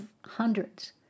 hundreds